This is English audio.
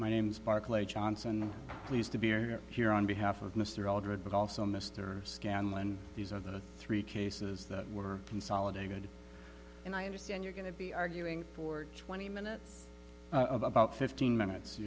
my name's barclay johnson pleased to be here here on behalf of mr aldridge but also mr scanlon these are the three cases that were consolidated and i understand you're going to be arguing for twenty minutes about fifteen minutes